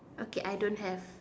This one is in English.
okay I don't have